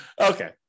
Okay